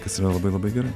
kas yra labai labai gerai